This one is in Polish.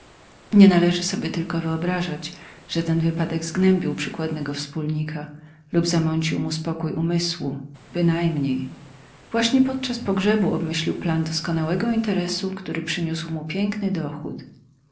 nie należy sobie tylko wyobrażać że ten wypadek zgnębił przykładnego wspólnika lub zamącił mu spokój umysłu bynajmniej właśnie podczas pogrzebu obmyślił plan doskonałego interesu który przyniósł mu piękny dochód